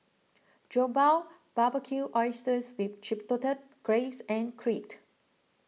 Jokbal Barbecued Oysters with Chipotle Glaze and Creed